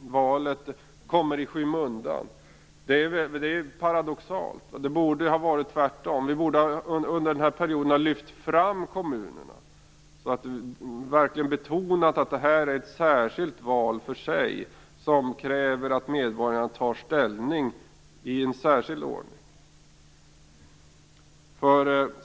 valet kommer i skymundan är paradoxalt. Det borde ha varit tvärtom. Vi borde under den här perioden ha lyft fram kommunerna och verkligen betonat att kommunalvalet är ett särskilt val för sig, som kräver att medborgarna tar ställning i en särskild ordning.